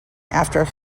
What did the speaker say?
after